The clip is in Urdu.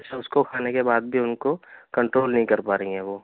اچھا اُس كو كھانے كے بعد بھی اُن كو كنٹرول نہیں كر پا رہی ہیں وہ